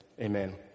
amen